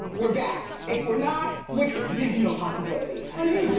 we're back, if we're not, which, there's no possibility. how you